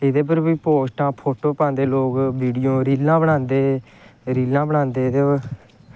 एह्दे पर बी पोस्टां फोटो पांदे लोग वीडियो रीलां बनांदे रीलां बनांदे एह्दे पर